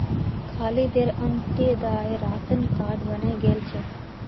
खालिदेर Antyodaya ration card बने गेल छेक